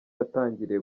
yatangiriye